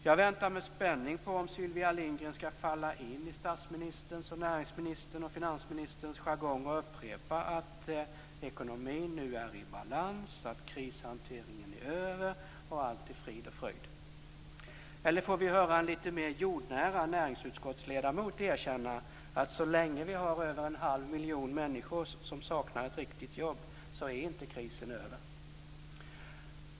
Jag väntar med spänning på om Sylvia Lindgren skall falla in i statsministerns, näringsministerns och finansministerns jargong och upprepa att "ekonomin nu är i balans", "krishanteringen är över" och allt är frid och fröjd. Eller får vi höra en litet mer jordnära näringsutskottsledamot erkänna att så länge vi har över en halv miljon människor som saknar ett riktigt jobb är inte krisen över?